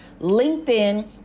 LinkedIn